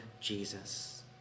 Jesus